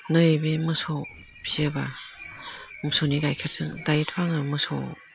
नै बे मोसौ फिसियोबा मोसौनि गाइखेरजों दायोथ' आङो मोसौ